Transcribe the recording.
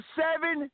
seven